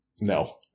No